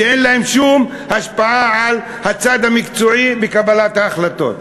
שאין להם שום השפעה על הצד המקצועי בקבלת ההחלטות.